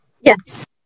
Yes